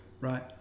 right